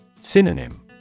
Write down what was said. Synonym